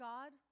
God